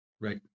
Right